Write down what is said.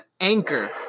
Anchor